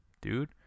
dude